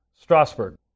Strasbourg